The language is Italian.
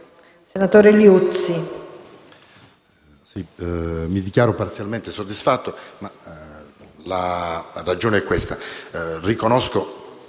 senatore Liuzzi